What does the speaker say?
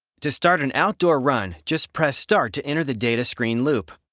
to start an outdoor run, just press start to enter the data screen loop.